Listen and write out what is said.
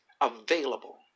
available